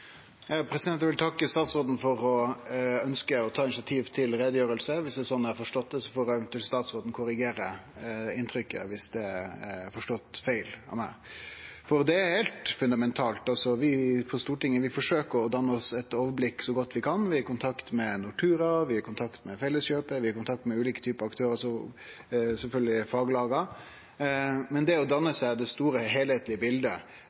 Eg vil takke statsråden for at ho ønskjer å ta initiativ til ei utgreiing – viss det er som eg har forstått det, så får statsråden eventuelt korrigere inntrykket viss det er forstått feil av meg. Dette er heilt fundamentalt. På Stortinget forsøkjer vi å danne oss eit overblikk så godt vi kan. Vi er i kontakt med Nortura, vi er i kontakt med Felleskjøpet, vi er i kontakt med ulike typar aktørar og sjølvsagt med faglaga. Men det å danne seg det store, heilskaplege bildet